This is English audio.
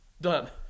done